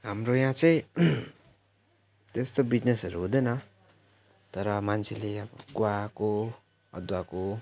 हाम्रो यहाँ चाहिँ त्यस्तो बिजनेसहरू हुँदैन तर मान्छेले यहाँ गुवाको अदुवाको